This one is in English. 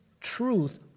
truth